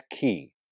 key